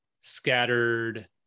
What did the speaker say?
scattered